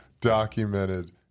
documented